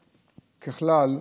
ככלל,